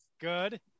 Good